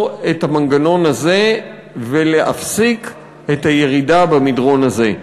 את המנגנון הזה ולהפסיק את הירידה במדרון הזה.